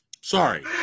Sorry